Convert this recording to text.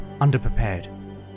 underprepared